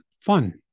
fun